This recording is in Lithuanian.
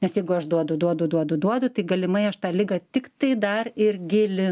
nes jeigu aš duodu duodu duodu duodu tai galimai aš tą ligą tik tai dar ir gilinu